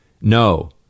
no